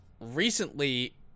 recently